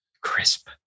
crisp